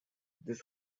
this